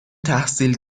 تحصیل